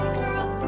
girl